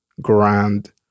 grand